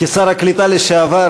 כשר הקליטה לשעבר,